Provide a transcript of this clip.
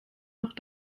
noch